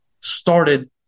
started